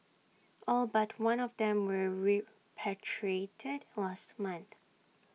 all but one of them were repatriated last month